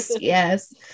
yes